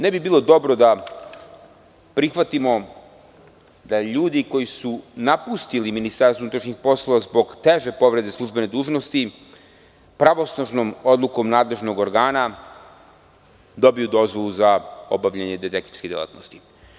Ne bi bilo dobro da prihvatimo da ljudi koji su napustili MUP zbog teže povrede službene dužnosti pravosnažnom odlukom nadležnog organa dobiju dozvolu za obavljanje detektivske delatnosti.